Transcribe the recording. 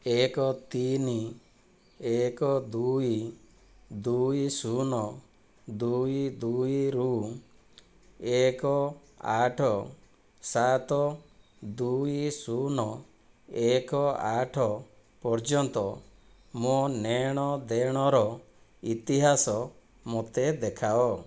ଏକ ତିନି ଏକ ଦୁଇ ଦୁଇ ଶୂନ ଦୁଇ ଦୁଇ ରୁ ଏକ ଆଠ ସାତ ଦୁଇ ଶୂନ ଏକ ଆଠ ପର୍ଯ୍ୟନ୍ତ ମୋ ନେଣଦେଣର ଇତିହାସ ମୋତେ ଦେଖାଅ